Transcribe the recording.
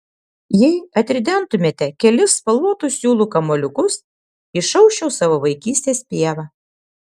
jei atridentumėte kelis spalvotų siūlų kamuoliukus išausčiau savo vaikystės pievą